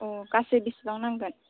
अह गासै बिसिबां नांगोन